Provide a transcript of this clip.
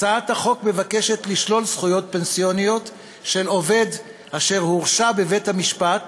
הצעת החוק מבקשת לשלול זכויות פנסיוניות של עובד אשר הורשע בבית-המשפט